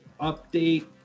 update